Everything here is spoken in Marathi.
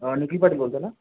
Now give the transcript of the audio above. निखिल पाटील बोलत आहे ना